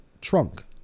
trunk